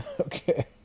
Okay